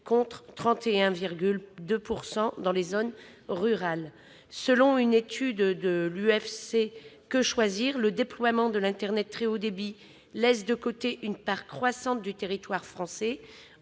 contre 31,2 % dans les zones rurales. Selon une étude de l'UFC-Que choisir, le déploiement de l'internet très haut débit laisse de côté une part croissante du territoire français